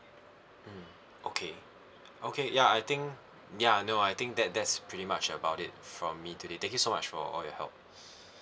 mm okay okay ya I think ya no I think that that's pretty much about it from me today thank you so much for all your help